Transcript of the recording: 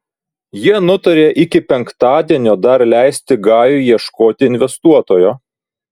jie nutarė iki penktadienio dar leisti gajui ieškoti investuotojo